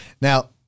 Now